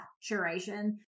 saturation